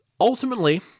ultimately